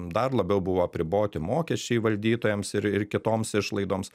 dar labiau buvo apriboti mokesčiai valdytojams ir ir kitoms išlaidoms